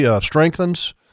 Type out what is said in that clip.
strengthens